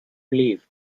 leave